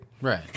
Right